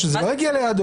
או שזה לא הגיע לידיו.